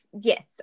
yes